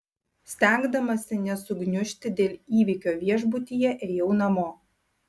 stengdamasi nesugniužti dėl įvykio viešbutyje ėjau namo